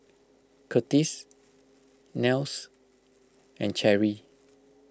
Curtis Nels and Cherry